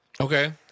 Okay